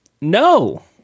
No